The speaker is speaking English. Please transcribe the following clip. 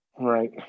Right